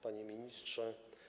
Panie Ministrze!